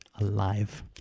alive